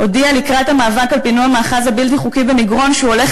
הודיע לקראת המאבק על פינוי המאחז הבלתי-חוקי במגרון שהוא הולך